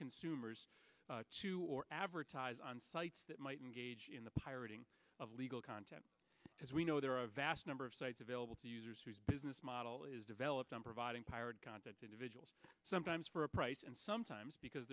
consumers to or advertise on sites that might engage in the pirating of legal content as we know there are a vast number of sites available to users whose business model is developed on providing pirate content individuals sometimes for a price and sometimes because